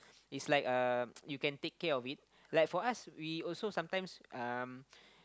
is like um you can take care of it like for us we also sometimes um